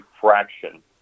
fraction